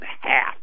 half